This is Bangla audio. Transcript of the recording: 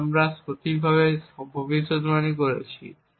যা আমরা সঠিকভাবে ভবিষ্যদ্বাণী করেছি